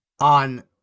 on